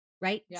right